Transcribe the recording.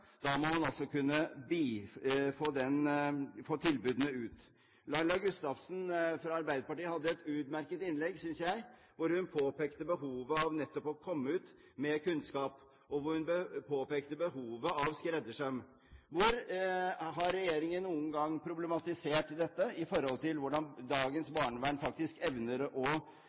Da må man også kunne få tilbudene ut. Laila Gustavsen fra Arbeiderpartiet hadde et utmerket innlegg, synes jeg, hvor hun påpekte behovet for nettopp å komme ut med kunnskap, og hvor hun påpekte behovet for skreddersøm. Hvor har regjeringen noen gang problematisert dette, i forhold til hvordan dagens barnevern faktisk evner å